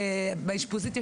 באשפוזית,